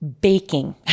baking